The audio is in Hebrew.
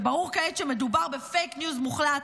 כשברור כעת שמדובר בפייק ניוז מוחלט,